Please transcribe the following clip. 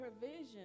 provision